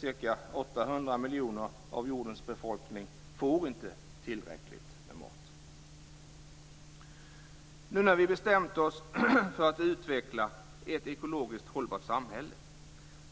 Ca 800 miljoner av jordens befolkning får inte tillräckligt med mat. Nu när vi bestämt oss för att utveckla ett ekologiskt hållbart samhälle